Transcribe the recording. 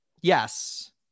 Yes